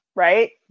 right